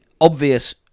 obvious